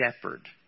shepherd